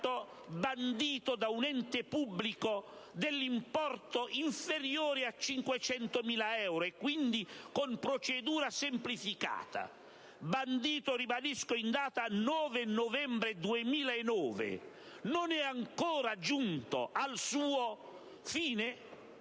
appalto bandito da un ente pubblico di importo inferiore a 500.000 euro, quindi con procedura semplificata, bandito in data 9 novembre 2009, non sia ancora giunto a termine?